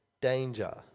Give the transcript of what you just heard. danger